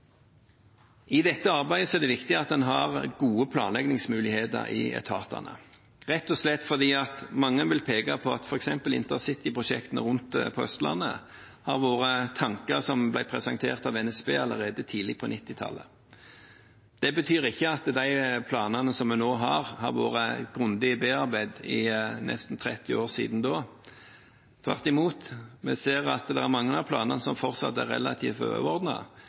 I dette arbeidet er det viktig at man har gode planleggingsmuligheter i etatene, rett og slett fordi mange vil peke på at f.eks. InterCity-prosjektene på Østlandet har vært tanker som ble presentert av NSB allerede tidlig på 1990-tallet. Det betyr ikke at de planene som vi nå har, har vært grundig bearbeidet i nesten 30 år. Tvert imot, vi ser at det er mange av planene som fortsatt er relativt